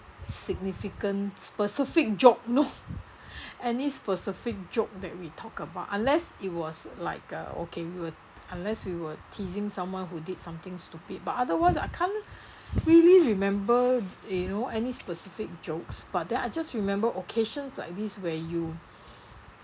significant specific joke know any specific joke that we talk about unless it was like uh okay we were unless we were teasing someone who did something stupid but otherwise I can't really remember you know any specific jokes but then I just remember occasions like this where you